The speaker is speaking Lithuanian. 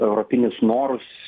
europinius norus